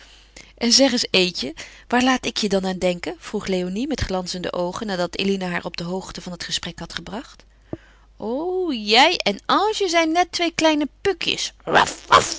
en zeg eens eetje waar laat ik je dan aan denken vroeg léonie met glanzende oogen nadat eline haar op de hoogte van het gesprek had gebracht o jij en ange zijn net twee kleine